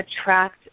attract